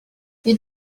you